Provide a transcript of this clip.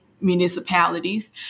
municipalities